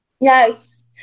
Yes